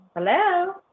Hello